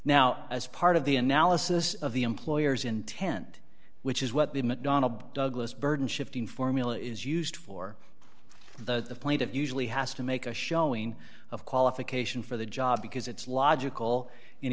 now as part of the analysis of the employer's intent which is what the mcdonnell douglas burden shifting formula is used for the point of usually has to make a showing of qualification for the job because it's logical